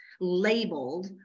labeled